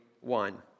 one